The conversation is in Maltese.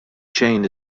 xejn